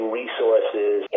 resources